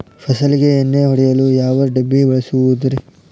ಫಸಲಿಗೆ ಎಣ್ಣೆ ಹೊಡೆಯಲು ಯಾವ ಡಬ್ಬಿ ಬಳಸುವುದರಿ?